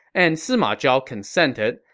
and sima zhao consented.